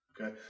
Okay